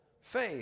faith